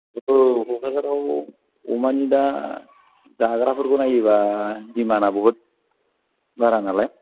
औ क'क्राझाराव अमानि दा जाग्राफोरखौ नायोब्ला डिमान्डआ बहुद बारा नालाय